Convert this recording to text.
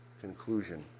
conclusion